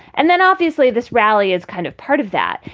and then obviously this rally is kind of part of that.